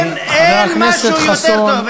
חבר הכנסת חסון.